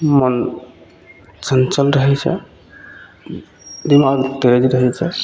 मोन चञ्चल रहै छै दिमाग तेज रहै छै